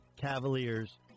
Cavaliers